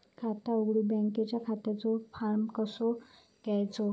खाता उघडुक बँकेच्या खात्याचो फार्म कसो घ्यायचो?